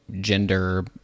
gender